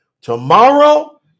tomorrow